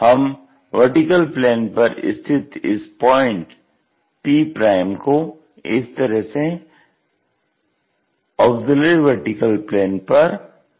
हम VP पर स्थित इस पॉइंट p को इस तरह से AVP पर प्रोजेक्ट करते हैं